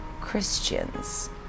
Christians